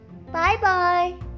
Bye-bye